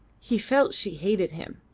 he felt she hated him,